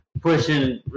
pushing